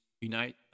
unite